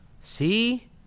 See